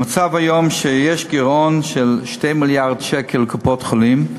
המצב היום הוא שיש גירעון של 2 מיליארד שקל לקופות-החולים,